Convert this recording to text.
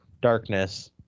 darkness